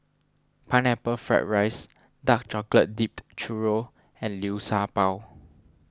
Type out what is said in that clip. Pineapple Fried Rice Dark Chocolate Dipped Churro and Liu Sha Bao